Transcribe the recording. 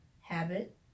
habit